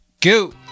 go